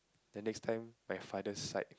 the next time my father's side